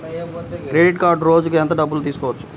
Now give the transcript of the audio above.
Credit కార్డులో రోజుకు ఎంత డబ్బులు తీయవచ్చు?